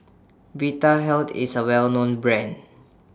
Vitahealth IS A Well known Brand